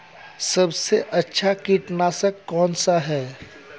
सबसे अच्छा कीटनाशक कौन सा है?